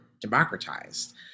democratized